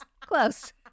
Close